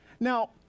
Now